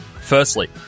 Firstly